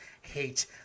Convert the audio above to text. hate